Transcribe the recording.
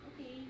Okay